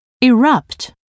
erupt